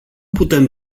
putem